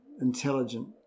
intelligent